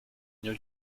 new